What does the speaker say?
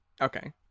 Okay